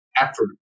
effort